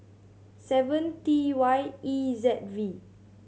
seven T Y E Z V